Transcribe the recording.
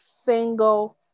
single